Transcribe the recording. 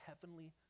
heavenly